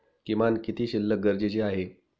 किमान किती शिल्लक गरजेची आहे?